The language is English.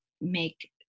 make